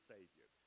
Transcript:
Savior